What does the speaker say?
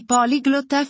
Polyglot